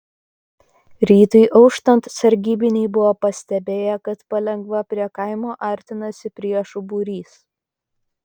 rytui auštant sargybiniai buvo pastebėję kad palengva prie kaimo artinasi priešų būrys